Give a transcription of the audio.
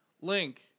Link